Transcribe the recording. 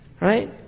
right